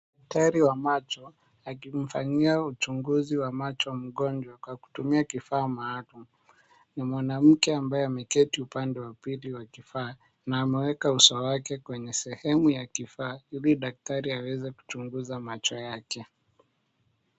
Daktari wa macho akimfanyia uchunguzi wa macho mgonjwa kwa kutumia kifaa maalum. Ni mwanamke ambaye ameketi upande wa pili wa kifaa, na ameweka uso wake kwenye sehemu ya kifaa ili daktari aweze kuchunguza macho yake.